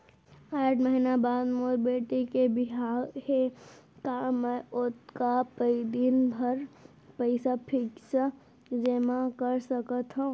आठ महीना बाद मोर बेटी के बिहाव हे का मैं ओतका दिन भर पइसा फिक्स जेमा कर सकथव?